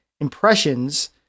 impressions